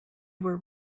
were